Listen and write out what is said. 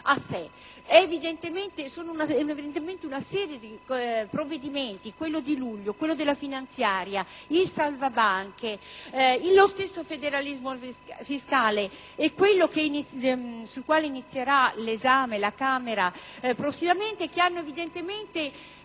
È evidentemente una serie di provvedimenti, quello di luglio, la finanziaria, il decreto salva banche, lo stesso federalismo fiscale e quello sul quale la Camera inizierà l'esame prossimamente, che hanno evidentemente